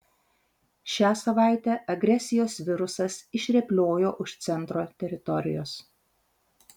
šią savaitę agresijos virusas išrėpliojo už centro teritorijos